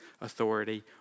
authority